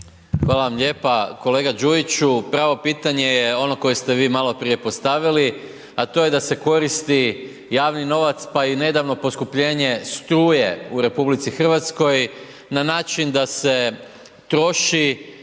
Hvala vam lijepa. Kolega Đujiću, pravo pitanje je ono koje ste vi maloprije postavili a to je da se koristi javni novac pa i nedavno poskupljenje struje u RH na način da se troši